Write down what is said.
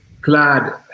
glad